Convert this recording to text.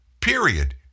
period